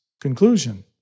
conclusion